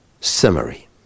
Summary